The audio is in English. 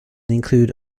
include